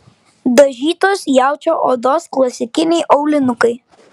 dažytos jaučio odos klasikiniai aulinukai